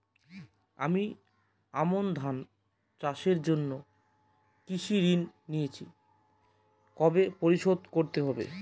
আমি আমন ধান চাষের জন্য কৃষি ঋণ নিয়েছি কবে পরিশোধ করতে হবে?